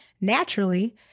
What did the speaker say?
naturally